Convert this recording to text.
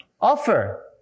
Offer